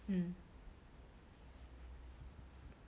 mm